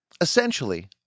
Essentially